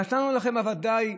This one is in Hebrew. נתנו לכם בוודאי,